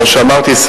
כמו שאמרתי,